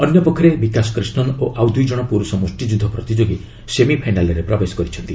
ଅନ୍ୟପକ୍ଷରେ ବିକାଶ କ୍ରିଷନ୍ ଓ ଆଉ ଦୁଇଜଣ ପୁରୁଷ ମୁଷ୍ଟିଯୁଦ୍ଧ ପ୍ରତିଯୋଗୀ ସେମିଫାଇନାଲ୍ରେ ପ୍ରବେଶ କରିଛନ୍ତି